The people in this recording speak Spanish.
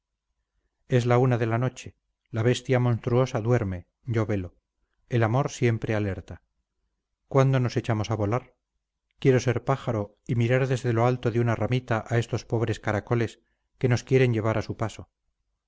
es la una de la noche la bestia monstruosa duerme yo velo el amor siempre alerta cuándo nos echamos a volar quiero ser pájaro y mirar desde lo alto de una ramita a estos pobres caracoles que nos quieren llevar a su paso